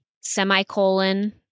semicolon